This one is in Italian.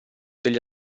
degli